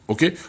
Okay